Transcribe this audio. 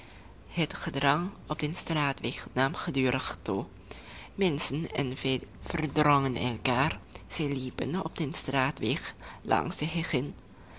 het gedrang op den straatweg nam gedurig toe menschen en vee verdrongen elkaar zij liepen op den straatweg langs de